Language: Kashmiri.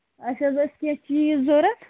اَسہِ حظ ٲسۍ کیٚنٛہہ چیٖز ضروٗرت